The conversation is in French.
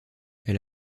elle